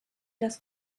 das